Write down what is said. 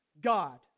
God